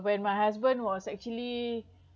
when my husband was actually